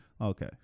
Okay